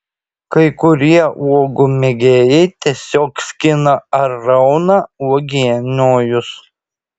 kai kurie uogų mėgėjai tiesiog skina ar rauna uogienojus